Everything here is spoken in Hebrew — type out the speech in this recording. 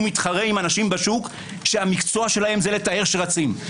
מתחרה עם אנשים בשוק שהמקצוע שלהם זה לטהר שרצים.